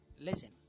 listen